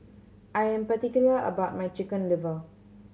I am particular about my Chicken Liver